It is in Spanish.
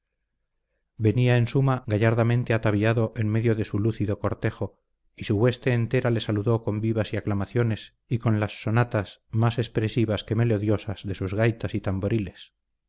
venía en suma gallardamente ataviado en medio de su lúcido cortejo y su hueste entera le saludó con vivas y aclamaciones y con las sonatas más expresivas que melodiosas de sus gaitas y tamboriles